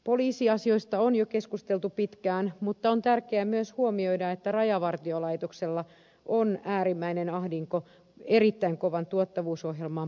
poliisiasioista on jo keskusteltu pitkään mutta on tärkeä myös huomioida että rajavartiolaitoksella on äärimmäinen ahdinko erittäin kovan tuottavuusohjelman paineissa